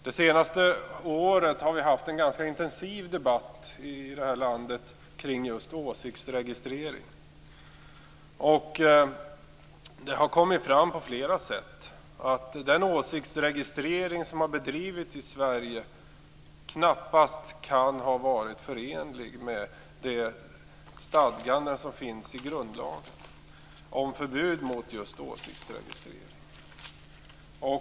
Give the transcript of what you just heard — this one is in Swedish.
Det senaste året har vi haft en ganska intensiv debatt i det här landet kring just åsiktsregistrering. Det har kommit fram på flera sätt att den åsiktsregistrering som har bedrivits i Sverige knappast kan ha varit förenlig med de stadganden som finns i grundlagen om förbud mot just åsiktsregistrering.